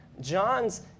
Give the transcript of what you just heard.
John's